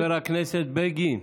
חבר הכנסת בגין,